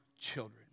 children